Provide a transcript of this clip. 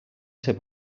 ser